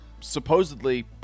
Supposedly